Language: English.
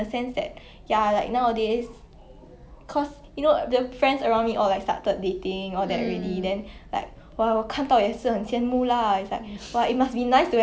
mm mm